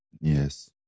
Yes